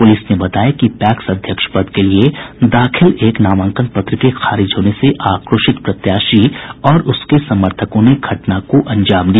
police ने बताया कि पैक्स अध्यक्ष पद के लिए दाखिल एक नामांकन पत्र के खारिज होने से आक्रोशित प्रत्याशी और उसके समर्थकों ने घटना को अंजाम दिया